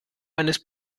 eines